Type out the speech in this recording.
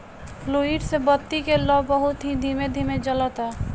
fluid से बत्ती के लौं बहुत ही धीमे धीमे जलता